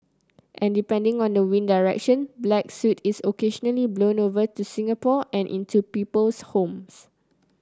and depending on the wind direction black soot is occasionally blown over to Singapore and into people's homes